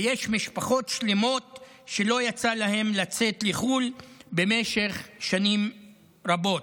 ויש משפחות שלמות שלא יצא להן לצאת לחו"ל במשך שנים רבות.